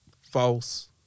false